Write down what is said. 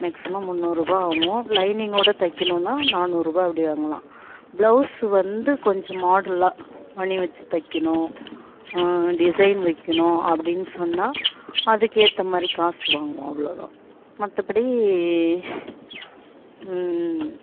maximum முந்நூறுபாய் ஆகும் லைனிங்கோடு தைக்கணுன்னால் நானூறுபாய் அப்படி வாங்கலாம் ப்ளவுஸ் வந்து கொஞ்சம் மாடலாக மணி வச்சு தைக்கணும் டிசைன் வைக்கணும் அப்படின்னு சொன்னால் அதுக்கேற்றமாரி காசு வாங்குவோம் அவ்வளோதான் மற்றபடி